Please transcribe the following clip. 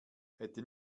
hätte